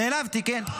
נעלבתי כן.